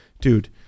Dude